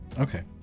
Okay